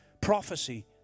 prophecy